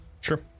Sure